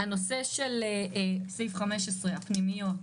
הנושא של סעיף 15, הפנימיות.